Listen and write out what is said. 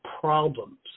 problems